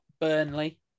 Burnley